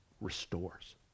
restores